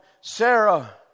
Sarah